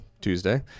Tuesday